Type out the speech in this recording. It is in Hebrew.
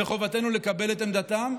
ומחובתנו לקבל את עמדתם,